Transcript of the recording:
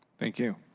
thank you.